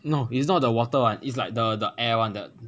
no it's not the water one is like the the air one the